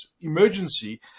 emergency